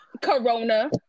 Corona